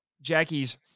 Jackie's